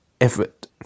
effort